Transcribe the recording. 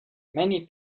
many